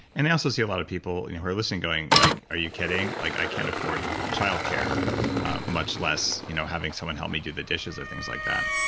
and i also see a lot of people who are listening going, like are you kidding? like i can't afford childcare much less you know having someone help me do the dishes or things like that.